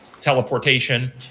teleportation